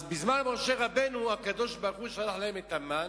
אז בזמן משה רבנו הקדוש-ברוך-הוא שלח להם את המן,